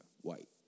White